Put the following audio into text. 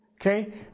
Okay